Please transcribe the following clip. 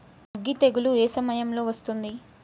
అగ్గి తెగులు ఏ సమయం లో వస్తుంది?